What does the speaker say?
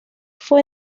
fue